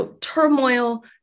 turmoil